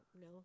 No